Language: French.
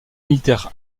militaire